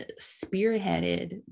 spearheaded